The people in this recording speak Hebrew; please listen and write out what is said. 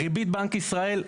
ריבית בנק ישראל,